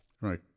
Right